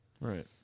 Right